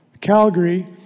Calgary